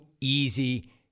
easy